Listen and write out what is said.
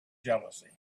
jealousy